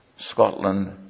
Scotland